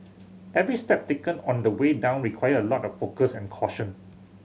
every step taken on the way down required a lot of focus and caution